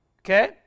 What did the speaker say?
Okay